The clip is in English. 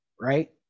right